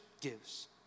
gives